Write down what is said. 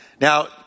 Now